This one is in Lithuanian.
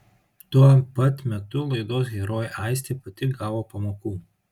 tuo pat metu laidos herojė aistė pati gavo pamokų